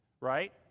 right